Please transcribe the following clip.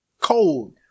cold